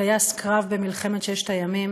טייס קרב במלחמת ששת הימים,